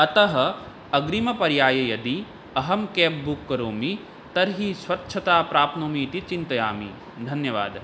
अतः अग्रिमपर्याये यदि अहं केब् बुक् करोमि तर्हि स्वच्छतां प्राप्नोमि इति चिन्तयामि धन्यवादः